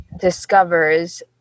discovers